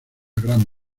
gran